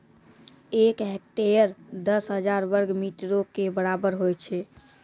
एक हेक्टेयर, दस हजार वर्ग मीटरो के बराबर होय छै